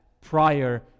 prior